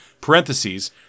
Parentheses